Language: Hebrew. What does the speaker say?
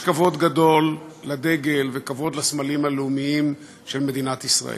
יש כבוד גדול לדגל וכבוד לסמלים הלאומיים של מדינת ישראל,